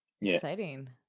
Exciting